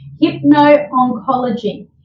Hypno-Oncology